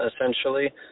essentially